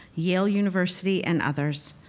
yale university, and others.